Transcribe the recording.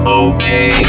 okay